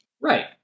Right